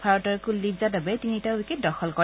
ভাৰতৰ কুলঘীপ যাদৱে তিনিটা উইকেট দখল কৰে